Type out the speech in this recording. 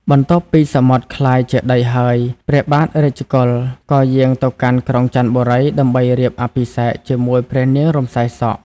បន្ទាប់ពីសមុទ្រក្លាយជាដីហើយ ព្រះបាទរាជកុល ក៏យាងទៅកាន់ក្រុងចន្ទបុរី ដើម្បីរៀបអភិសេកជាមួយព្រះនាងរំសាយសក់។